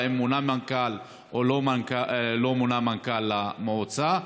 והאם מונה מנכ"ל או לא מונה מנכ"ל למועצה.